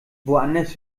woanders